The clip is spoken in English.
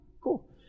Cool